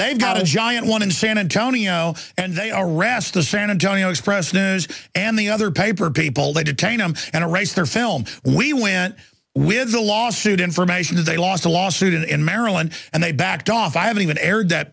they've got a giant one in san antonio and they are ras the san antonio express news and the other paper people they detain them and raise their film we went with the lawsuit information that they lost a lawsuit in maryland and they backed off i haven't even aired that